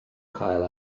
cael